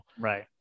right